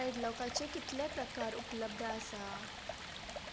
पॅडलॉकाचे कितलें प्रकार उपलब्ध आसा